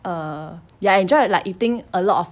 err ya I enjoyed like eating a lot of